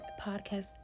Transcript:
podcast